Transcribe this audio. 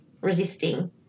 resisting